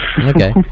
Okay